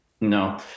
No